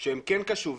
הם כן קשובים.